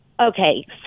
Okay